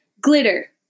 glitter